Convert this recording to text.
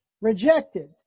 rejected